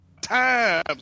times